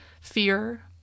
fear